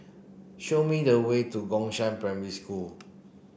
show me the way to Gongshang Primary School